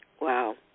Wow